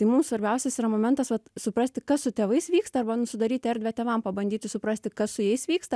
tai mum svarbiausias yra momentas vat suprasti kas su tėvais vyksta arba nu sudaryti erdvę tėvam pabandyti suprasti kas su jais vyksta